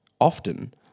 Often